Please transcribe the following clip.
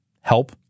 help